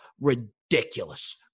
ridiculous